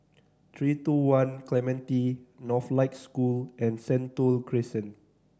Three Two One Clementi Northlight School and Sentul Crescent